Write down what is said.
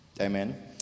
Amen